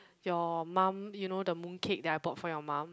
your mom you know the mooncake that I bought for your mom